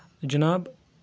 جناب